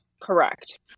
Correct